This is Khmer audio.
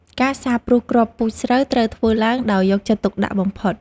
ការសាបព្រួសគ្រាប់ពូជស្រូវត្រូវធ្វើឡើងដោយយកចិត្តទុកដាក់បំផុត។